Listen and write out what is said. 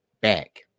back